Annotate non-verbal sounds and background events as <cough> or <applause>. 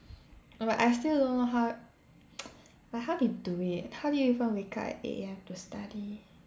no but I still don't know how <noise> but how they do it how do you even wake up at eight A_M to study